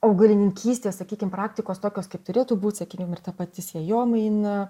augalininkystės sakykim praktikos tokios kaip turėtų būt sakykim ir ta pati sėjomaina